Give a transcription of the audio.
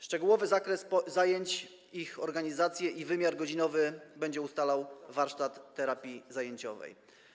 Szczegółowy zakres zajęć, ich organizację i wymiar godzinowy będzie ustalał warsztat terapii zajęciowej.